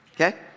Okay